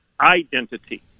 identity